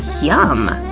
yum!